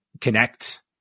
connect